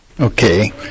Okay